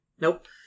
Nope